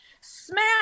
smash